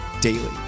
daily